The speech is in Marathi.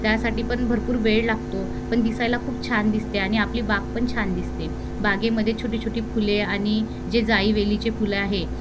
त्यासाठी पण भरपूर वेळ लागतो पण दिसायला खूप छान दिसते आणि आपली बाग पण छान दिसते बागेमध्ये छोटी छोटी फुले आणि जे जाई वेलीचे फुलं आहे